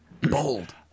Bold